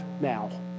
now